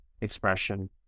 expression